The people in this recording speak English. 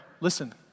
Listen